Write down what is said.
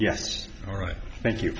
yes all right thank you